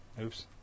Oops